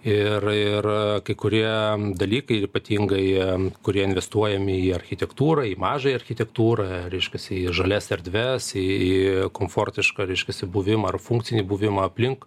ir ir kai kurie dalykai ir ypatingai kurie investuojami į architektūrą į mažąją architektūrą reiškiasi žalias erdves į komfortišką reiškiasi buvimą ar funkcinį buvimą aplink